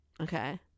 Okay